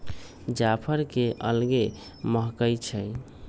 जाफर के अलगे महकइ छइ